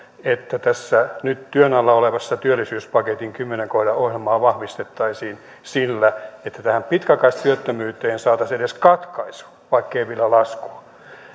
että tässä nyt työn alla olevan työllisyyspaketin kymmenen kohdan ohjelmaa vahvistettaisiin sillä että tähän pitkäaikaistyöttömyyteen saataisiin edes katkaisu vaikkei vielä laskua